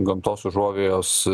gamtos užuovėjos